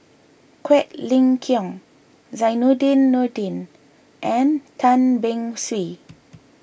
Quek Ling Kiong Zainudin Nordin and Tan Beng Swee